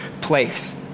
place